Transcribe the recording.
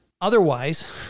otherwise